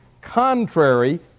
contrary